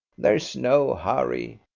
there's no hurry.